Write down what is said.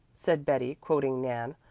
said betty, quoting nan.